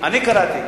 אני קראתי.